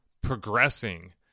progressing